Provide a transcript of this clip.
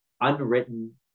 unwritten